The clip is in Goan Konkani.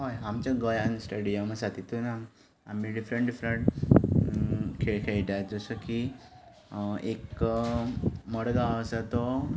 हय आमच्या गोंयांत स्टेडियम आसा तितूंत आमी डिफ्रंट डिफ्रंट खेळ खेळटात जशे की एक मडगांव आसा तो